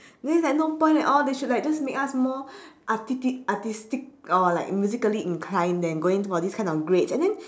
then it's like no point at all they should like make us more artistic or like musically inclined than going for this kind of grades and then